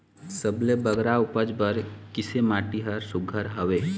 सबले बगरा उपज बर किसे माटी हर सुघ्घर हवे?